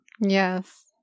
Yes